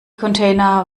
container